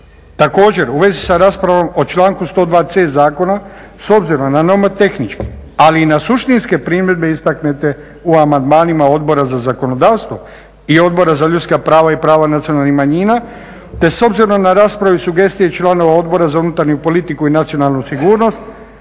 Također u vezi sa raspravom o članku 102.c zakona s obzirom na nomotehničke ali i na suštinske primjedbe istaknute u amandmanima Odbora za zakonodavstvo i Odbora za ljudska prava i prava nacionalnih manjina, te s obzirom na raspravu i sugestije članova Odbora za unutarnju politiku i nacionalnu sigurnost